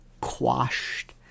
quashed